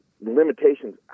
limitations